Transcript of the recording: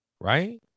Right